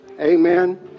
Amen